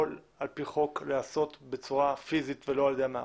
יכולה להיעשות על פי חוק בצורה פיזית ולא על ידי המערכת.